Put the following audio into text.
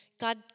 God